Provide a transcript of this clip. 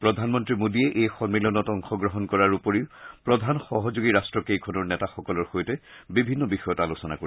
প্ৰধানমন্ত্ৰী মোডীয়ে এই সম্মিলনত অংশগ্ৰহণ কৰাৰ উপৰি প্ৰধান সহযোগী ৰাট্টকেইখনৰ নেতাসকলৰ সৈতে বিভিন্ন বিষয়ত আলোচনা কৰিব